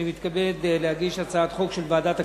אני מתכבד להגיש הצעת חוק של ועדת הכספים,